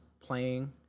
playing